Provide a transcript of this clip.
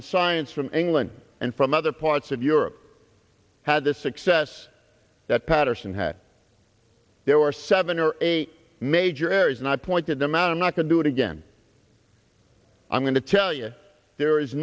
and science from england and from other parts of europe had the success that paterson had there were seven or eight major areas and i pointed them out i'm not going do it again i'm going to tell you there is